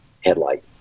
headlight